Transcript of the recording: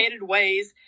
ways